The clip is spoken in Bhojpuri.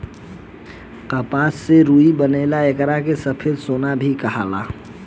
कपास से रुई बनेला एकरा के सफ़ेद सोना भी कहाला